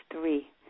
three